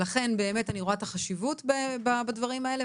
לכן אני רואה את החשיבות בדברים האלה,